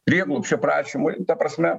prieglobsčio prašymui ta prasme